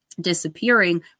disappearing